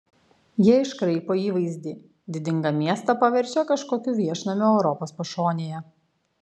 jie iškraipo įvaizdį didingą miestą paverčia kažkokiu viešnamiu europos pašonėje